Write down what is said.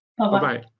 Bye-bye